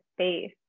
space